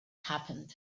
happened